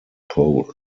pole